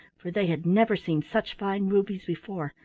for they had never seen such fine rubies before,